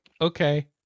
Okay